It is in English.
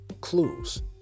clues